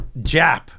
Jap